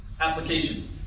application